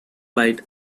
light